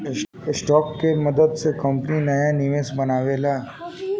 stock के मदद से कंपनी नाया निवेशक बनावेला